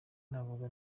navuga